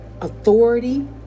authority